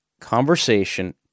conversation